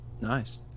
Nice